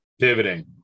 Pivoting